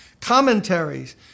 Commentaries